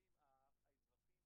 בוקר טוב.